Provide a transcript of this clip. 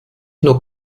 nur